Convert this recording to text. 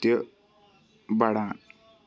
تہِ بَڑان